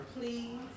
Please